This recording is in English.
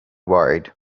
worried